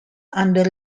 under